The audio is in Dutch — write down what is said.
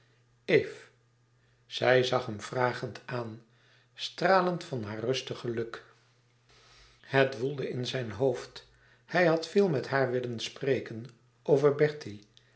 eve zij zag hem vragend aan stralend van haar rustig geluk het woelde in zijn hoofd hij had veel met haar willen spreken over